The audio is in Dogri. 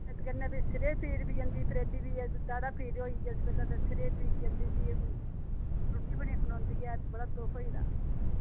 इस कन्नै फिर् सिरै गी पीड़ बी जंदी त्रेडी दाढ़ै पीड़ होई जिसलै ते सिरै ई पीड़ जंदी उठी ऐ ते रुट्टी बी नेईं खलोंदी ऐ बड़ा दुख होई गेदा